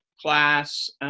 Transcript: class